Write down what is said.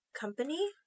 company